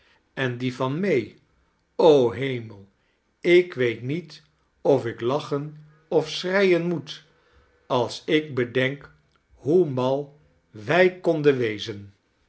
en die van neen o hemel ik weet niet of ik lachen of schreien moet als ik bechakles dickens denk hoe mal wij konden wezen